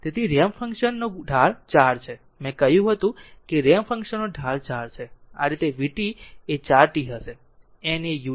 તેથી ramp function નો ઢાળ 4 છે મેં કહ્યું હતું કે રેમ્પ ફંક્શન નો ઢાળ 4 છે આ રીતે v t એ 4 t હશે